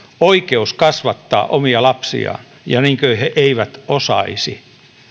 oikeus kasvattaa omia lapsiaan ja kuin he eivät osaisi